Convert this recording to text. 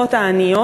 המשפחות העניות